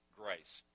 grace